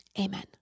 amen